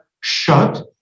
shut